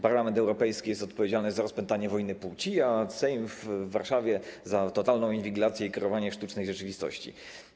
Parlament Europejski jest odpowiedzialny za rozpętanie wojny płci, a Sejm w Warszawie - za totalną inwigilację i kreowanie sztucznej rzeczywistości.